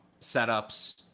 setups